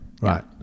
right